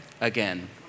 again